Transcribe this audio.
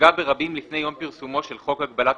והוצגה ברבים לפני יום פרסומו של חוק הגבלת